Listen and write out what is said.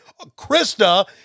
Krista